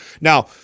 now –